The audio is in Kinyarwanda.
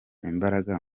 imbaraga